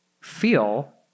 feel